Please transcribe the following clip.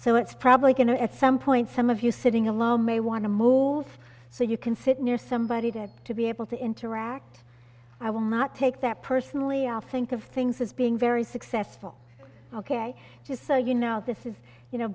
so it's probably going to at some point some of you sitting alone may want to mold so you can sit near somebody that to be able to interact i will not take that personally i think of things as being very successful ok just so you know this is you know